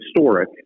historic